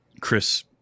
Chris